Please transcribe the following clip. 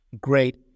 great